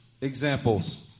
examples